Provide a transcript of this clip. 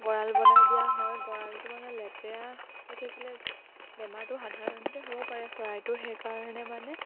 গঁৰাল বনাই দিয়া হয় গঁৰালটো মানে লেতেৰা হৈ থাকিলে বেমাৰটো সাধাৰণতে হ'ব পাৰে চৰাইটোৰ সেইকাৰণে মানে